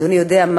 אדוני יודע,